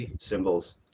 symbols